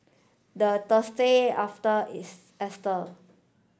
the Thursday after